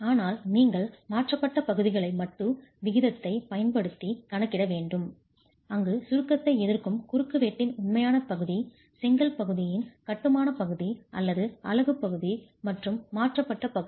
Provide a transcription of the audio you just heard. ஆனால் நீங்கள் மாற்றப்பட்ட பகுதிகளை மட்டு விகிதத்தைப் பயன்படுத்தி கணக்கிட வேண்டும் அங்கு சுருக்கத்தை எதிர்க்கும் குறுக்குவெட்டின் உண்மையான பகுதி செங்கல் பகுதியின் கட்டுமான பகுதி அல்லது அலகு பகுதி மற்றும் மாற்றப்பட்ட பகுதி